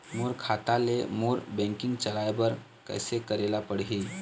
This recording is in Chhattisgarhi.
मोर खाता ले मोर बैंकिंग चलाए बर कइसे करेला पढ़ही?